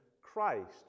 Christ